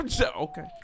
Okay